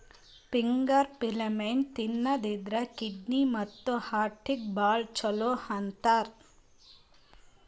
finger millet ತಿನ್ನದ್ರಿನ್ದ kidney ಮತ್ತ್ ಹಾರ್ಟಿಗ್ ಭಾಳ್ ಛಲೋ ಅಂತಾರ್